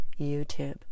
YouTube